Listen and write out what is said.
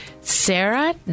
Sarah